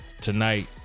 Tonight